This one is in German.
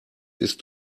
ist